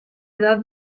edad